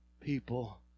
people